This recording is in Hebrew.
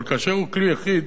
אבל כאשר הוא כלי יחיד